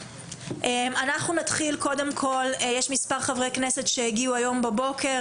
יש מספר חברי כנסת שהגיעו היום בבוקר